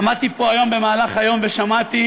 עמדתי פה היום במהלך היום ושמעתי,